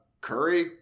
Curry